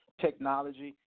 technology